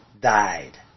died